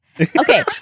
okay